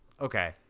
okay